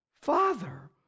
Father